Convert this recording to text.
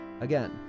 Again